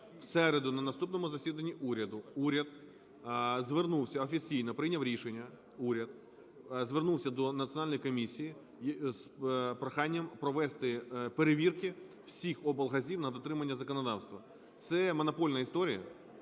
середу на наступному засіданні уряду уряд звернувся офіційно, прийняв рішення уряд, звернувся до Національної комісії з проханням провести перевірки всіх облгазів на дотримання законодавства. Це монопольна історія